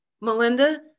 Melinda